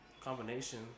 combination